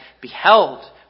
beheld